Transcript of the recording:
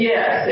Yes